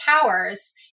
towers